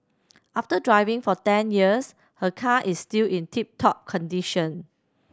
after driving for ten years her car is still in tip top condition